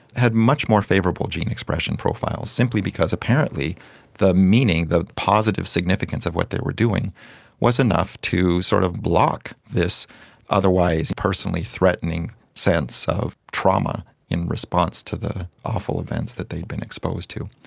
had much more favourable gene expression profiles, simply because apparently the meaning, the positive significance of what they were doing was enough to sort of block this otherwise personally threatening sense of trauma in response to the awful events that they had been exposed to.